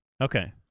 Okay